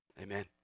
Amen